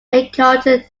encountered